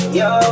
yo